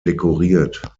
dekoriert